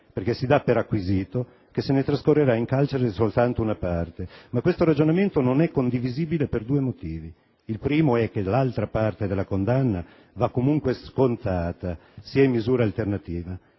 perché si dà per acquisito che se ne trascorrerà in carcere soltanto una parte. Ma questo ragionamento non è condivisibile per due motivi: il primo è che l'altra parte della condanna va comunque scontata, sia pure in misura alternativa;